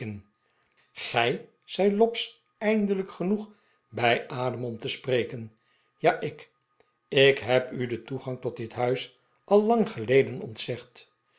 gij zei lobbs eindelijk genoeg bij adem om te spreken ja ik en ik heb u den toegang tot dit huis ai lang geleden ontzegd